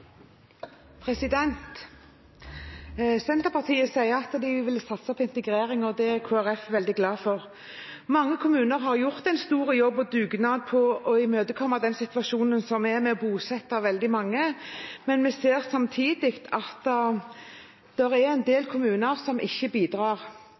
veldig glad for. Mange kommuner har gjort en stor jobb og dugnad for å imøtekomme situasjonen med å bosette veldig mange, men vi ser samtidig at det er en del kommuner som ikke bidrar.